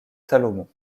salomon